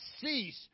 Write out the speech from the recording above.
cease